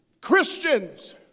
Christians